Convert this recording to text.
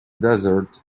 desert